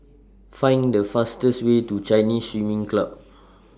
Find The fastest Way to Chinese Swimming Club